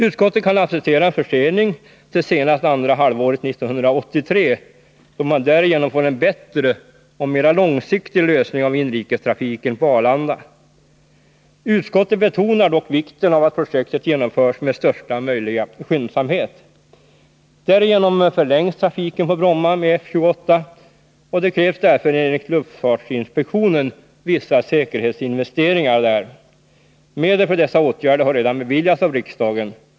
Utskottet kan acceptera en försening till senast andra halvåret 1983, då man därigenom får en bättre och mera långsiktig lösning av inrikestrafiken på Arlanda. Utskottet betonar dock vikten av att projektet genomförs med största möjliga skyndsamhet. Därigenom förlängs trafiken med F-28 på Bromma, och det krävs därför enligt luftfartsinspektionen vissa säkerhetsinvesteringar där. Medel för dessa åtgärder har redan beviljats av riksdagen.